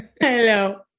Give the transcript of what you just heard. Hello